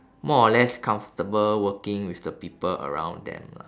more or less comfortable working with the people working around them lah